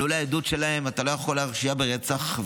ללא עדות שלהם אתה לא יכול להרשיע ברצח,